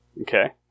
Okay